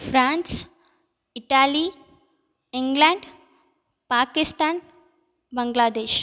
France Italy England Pakistan Bangladesh